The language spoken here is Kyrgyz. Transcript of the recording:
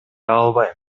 албайм